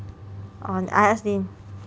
orh I ask Dean